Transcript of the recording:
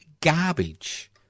garbage